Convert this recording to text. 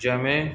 जंहिं में